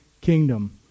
kingdom